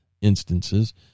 instances